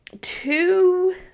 two